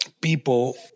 people